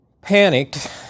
panicked